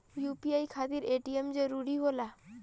UPI खातिर ATM जरूरी होला?